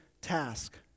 task